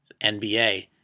NBA